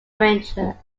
arranger